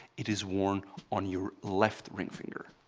it is worn on your left ring finger.